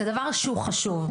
זה דבר שהוא חשוב.